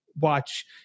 watch